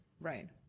Right